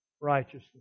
righteousness